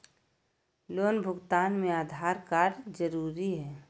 Loan भुगतान में Aadhaar card जरूरी है?